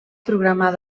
programar